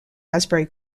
raspberry